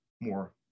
more